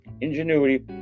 ingenuity